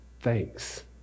thanks